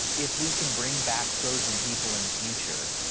if we can bring back frozen people in the future,